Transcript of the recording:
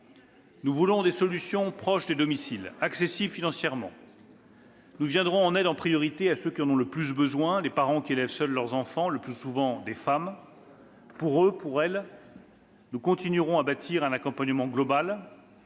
Nous voulons des solutions proches des domiciles et accessibles financièrement. Nous viendrons en aide, en priorité, à ceux qui en ont le plus besoin : les parents qui élèvent seuls leurs enfants, le plus souvent des femmes. Pour eux, pour elles, nous continuerons à bâtir un accompagnement global.